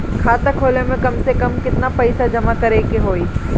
खाता खोले में कम से कम केतना पइसा जमा करे के होई?